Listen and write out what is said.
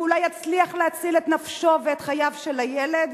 ואולי יצליח להציל את נפשו ואת חייו של הילד?